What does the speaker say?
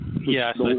Yes